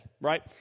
Right